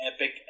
epic